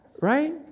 right